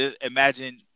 Imagine